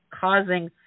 causing